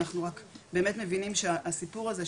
אנחנו רק באמת מבינים שהסיפור הזה,